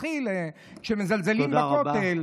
זה מתחיל בזה שמזלזלים בכותל,